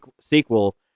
sequel